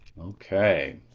Okay